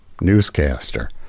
newscaster